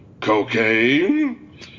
cocaine